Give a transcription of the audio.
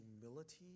humility